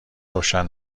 روشن